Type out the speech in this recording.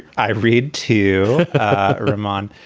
i read to roman.